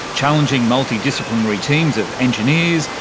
challenging multi-disciplinary teams of engineers,